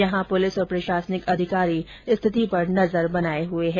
यहां पुलिस और प्रशासनिक अधिकारी स्थिति पर निगाहे बनाए हुए है